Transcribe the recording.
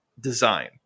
design